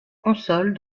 console